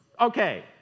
okay